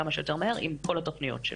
כמה שיותר מהר עם כל התוכניות שלו.